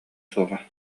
суоҕа